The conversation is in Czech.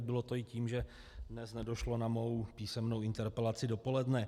Bylo to i tím, že dnes nedošlo na mou písemnou interpelaci dopoledne.